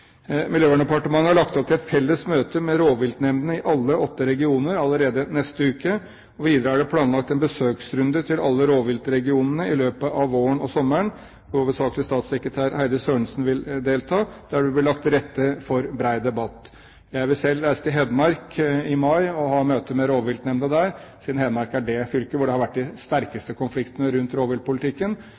Miljøverndepartementet har lagt opp til et felles møte med rovviltnemndene i alle de åtte regionene allerede i neste uke. Videre er det planlagt en besøksrunde til alle rovviltregionene i løpet av våren og sommeren, hvor hovedsakelig statssekretær Heidi Sørensen vil delta. Der vil det bli lagt til rette for en bred debatt. Jeg vil selv reise til Hedmark i mai og ha et møte med rovviltnemnda der, siden Hedmark er det fylket der det har vært de sterkeste konfliktene rundt